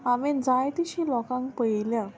हांवें जाय तशी लोकांक पळयल्या